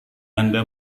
anda